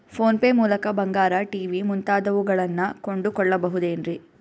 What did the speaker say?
Phone pay ಮೂಲಕ ಬಂಗಾರ, TV ಮುಂತಾದವುಗಳನ್ನ ಕೊಂಡು ಕೊಳ್ಳಬಹುದೇನ್ರಿ?